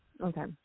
Okay